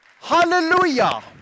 Hallelujah